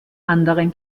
anderen